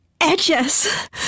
Edges